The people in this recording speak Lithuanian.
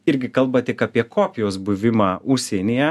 irgi kalba tik apie kopijos buvimą užsienyje